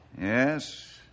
Yes